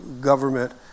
government